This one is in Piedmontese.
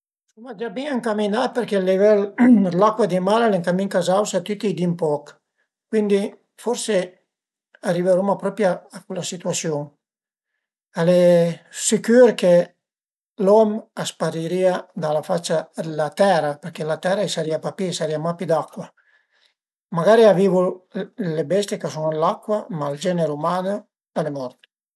Suma gia bin ëncaminà perché ël livel dë l'acua di mar al e ën camin ch'a s'ausa tüti i di ün poch, cuindi forse ariveruma propi a cula situasiun, al e sicür che l'om a sparirìa da la faccia d'la tera, perché la tera a i sarìa pa pi, a i sarìa mach pi d'acua, magari a vivu le bestie ch'a sun ën l'acua, ma ël genere umano al e mort